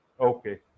okay